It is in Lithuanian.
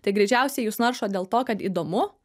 tai greičiausiai jūs naršot dėl to kad įdomu